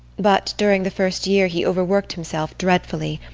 but during the first year he over-worked himself dreadfully.